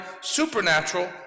supernatural